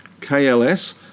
KLS